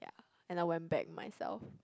and I went back myself